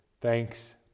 Thanks